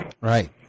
Right